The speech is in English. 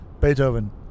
Beethoven